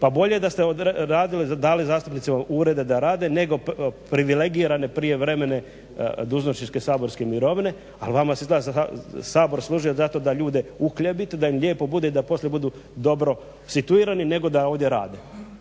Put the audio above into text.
Pa bolje da ste odradili, dali zastupnicima urede da rade nego privilegirane prijevremene dužnosničke saborske mirovine. Ali vama je Sabor služio zato da ljude uhljebi da im lijepo bude, da poslije budu dobro situirani nego da ovdje rade.